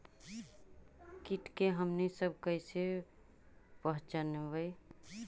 किट के हमनी सब कईसे पहचनबई?